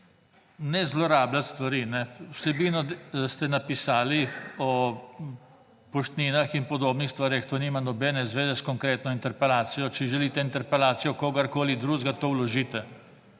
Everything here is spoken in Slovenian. Ne zlorabljati stvari. Vsebino ste napisali, o poštninah in podobnih stvareh, to nima nobene zveze s konkretno interpelacijo. Če želite interpelacijo kogarkoli drugega, to vložite.